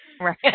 Right